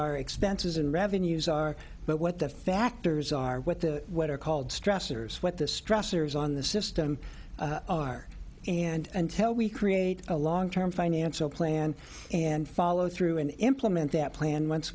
our expenses and revenues are but what the factors are what the what are called stressors what the stressors on the system are and tell we create a long term financial plan and follow through and implement that plan once